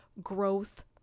Growth